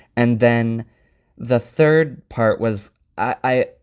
and then the third part was i.